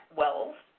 wells